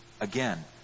again